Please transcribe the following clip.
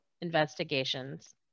investigations